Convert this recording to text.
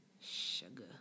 Sugar